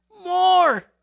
more